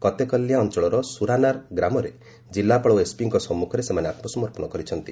କତେକଲ୍ୟା ଅଞ୍ଚଳର ସୁର୍ନାର୍ ଗ୍ରାମରେ କିଲ୍ଲାପାଳ ଓ ଏସ୍ପିଙ୍କ ସମ୍ମୁଖରେ ସେମାନେ ଆତ୍କସମର୍ପଣ କରିଛନ୍ତି